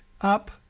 up